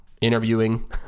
interviewing